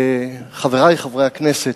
חברי חברי הכנסת,